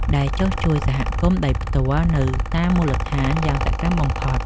ដែលចុះជួយសហគមន៍ដោយផ្ទាល់នៅតាមមូលដ្ឋានយ៉ាងសកម្មបំផុត។